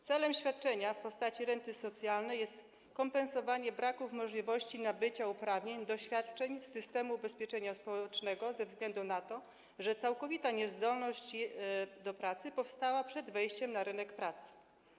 Celem świadczenia w postaci renty socjalnej jest kompensowanie braku możliwości nabycia uprawnień do świadczeń z systemu ubezpieczenia społecznego ze względu na to, że całkowita niezdolność do pracy powstała przed wejściem na rynek pracy.